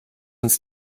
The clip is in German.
uns